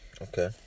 Okay